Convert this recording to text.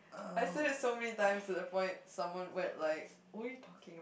I said it so many time to the point someone went like what you talking